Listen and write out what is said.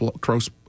close